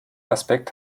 aspekt